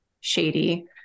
shady